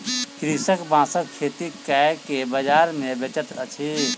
कृषक बांसक खेती कय के बाजार मे बेचैत अछि